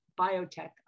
biotech